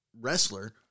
wrestler